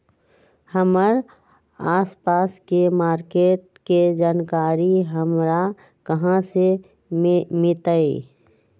हमर आसपास के मार्किट के जानकारी हमरा कहाँ से मिताई?